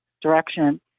direction